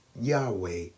Yahweh